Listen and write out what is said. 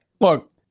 Look